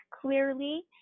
clearly